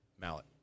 mallet